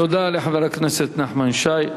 תודה לחבר הכנסת נחמן שי.